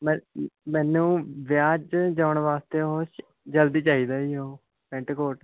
ਮੈ ਮੈਨੂੰ ਵਿਆਹ 'ਚ ਜਾਣ ਵਾਸਤੇ ਉਹ ਜਲਦੀ ਚਾਹੀਦਾ ਜੀ ਉਹ ਪੈਂਟ ਕੋਟ